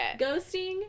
ghosting